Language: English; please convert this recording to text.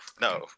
no